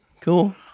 cool